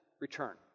return